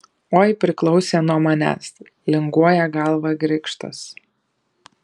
oi priklausė nuo manęs linguoja galvą grikštas